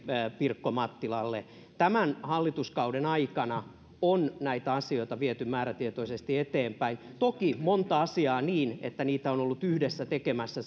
pirkko mattilalle tämän hallituskauden aikana on näitä asioita viety määrätietoisesti eteenpäin toki monta asiaa niin että niitä ovat olleet yhdessä tekemässä